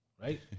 right